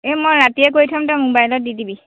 এই মই ৰাতিয়ে কৰি থ'ম তই মোবাইলত দি দিবি